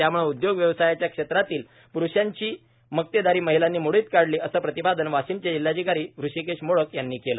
त्याम्ळं उद्योग व्यवसायाच्या क्षेत्रातील प्रुषांची मक्तेदारी महिलांनी मोडीत काढली आहे असं प्रतिपादन वाशिमचे जिल्हाधिकारी हृषीकेश मोडक यांनी केलं